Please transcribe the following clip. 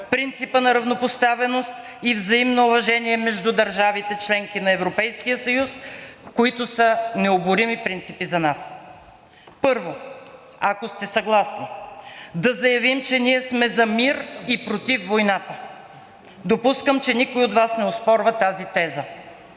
принципа на равнопоставеност и взаимно уважение между държавите – членки на Европейския съюз, които са необорими принципи за нас. Първо, ако сте съгласни, да заявим, че ние сме за мир и против войната. Допускам, че никой от Вас не оспорва тази теза.